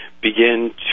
begin